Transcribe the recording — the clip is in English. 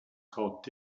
called